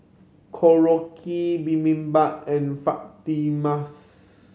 Korokke Bibimbap and